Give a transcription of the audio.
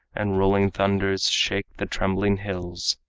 and rolling thunders shake the trembling hills,